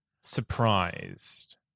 Surprised